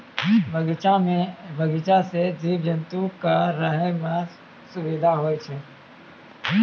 बगीचा सें जीव जंतु क रहै म सुबिधा होय छै